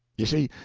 you see,